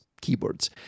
keyboards